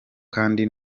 kandi